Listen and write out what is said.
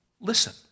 listen